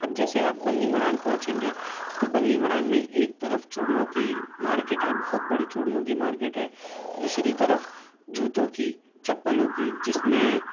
اب جیسے آپ بلی ماران پہنچیں گے تو بلی ماران میں ایک طرف چوڑیوں کی مارکیٹ ہے بہت بڑی چوڑیوں کی مارکیٹ ہے دوسری طرف جوتوں کی چپلوں کی جس میں